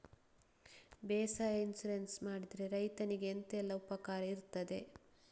ಬೇಸಾಯಕ್ಕೆ ಇನ್ಸೂರೆನ್ಸ್ ಮಾಡಿದ್ರೆ ರೈತನಿಗೆ ಎಂತೆಲ್ಲ ಉಪಕಾರ ಇರ್ತದೆ?